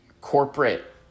corporate